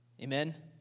Amen